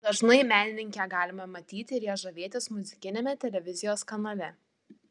dažnai menininkę galime matyti ir ja žavėtis muzikiniame televizijos kanale